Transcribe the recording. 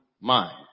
mind